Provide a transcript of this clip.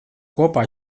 kopā